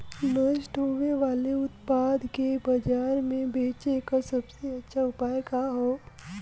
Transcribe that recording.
नष्ट होवे वाले उतपाद के बाजार में बेचे क सबसे अच्छा उपाय का हो?